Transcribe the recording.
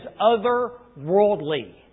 otherworldly